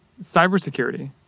cybersecurity